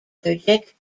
allergic